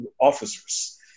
officers